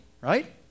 right